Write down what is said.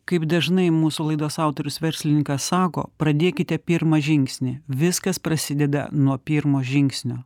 kaip dažnai mūsų laidos autorius verslininkas sako pradėkite pirmą žingsnį viskas prasideda nuo pirmo žingsnio